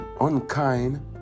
unkind